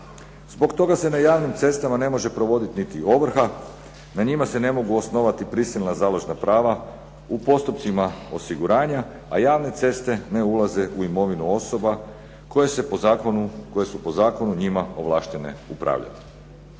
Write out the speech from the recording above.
Zbog toga se na javnim cestama ne može provoditi niti ovrha, na njima se ne mogu osnovati prisilna založna prava u postupcima osiguranja, a javne ceste ne ulaze u imovinu osoba koje su po zakonu njima ovlaštene upravljati.